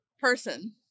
Person